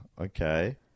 Okay